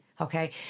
Okay